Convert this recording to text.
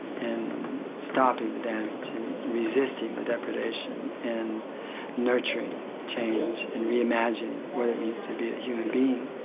and stopping the damage, and resisting the depredation, and nurturing change, and re-imagining what it means to be a human being,